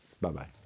Bye-bye